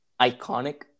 iconic